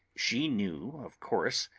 she knew, of course,